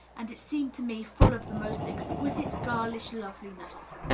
and it seemed to me full of the most ex quisite girlish loveliness.